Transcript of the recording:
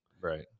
Right